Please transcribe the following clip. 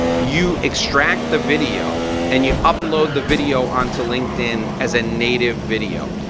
you extract the video and you upload the video onto linkedin as a native video.